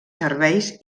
serveis